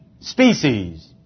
species